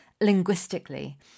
linguistically